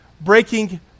breaking